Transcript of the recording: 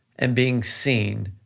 and being seen,